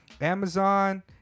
Amazon